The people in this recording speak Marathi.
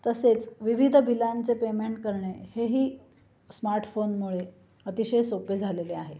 तसेच विविध बिलांचे पेमेंट करणे हेही स्मार्टफोनमुळे अतिशय सोपे झालेले आहे